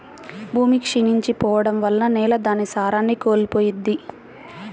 భూమి క్షీణించి పోడం వల్ల నేల దాని సారాన్ని కోల్పోయిద్ది